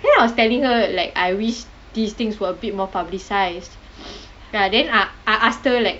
then I was telling her like I wish these things were a bit more publicised lah then I I asked her like